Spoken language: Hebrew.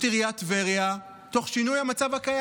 עיריית טבריה תוך שינוי המצב הקיים.